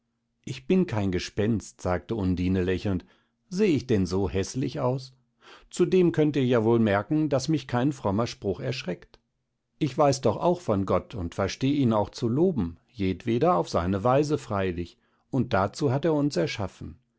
ich bin kein gespenst sagte undine lächelnd seh ich denn so häßlich aus zudem könnt ihr ja wohl merken daß mich kein frommer spruch erschreckt ich weiß doch auch von gott und versteh ihn auch zu loben jedweder auf seine weise freilich und dazu hat er uns erschaffen